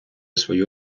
свою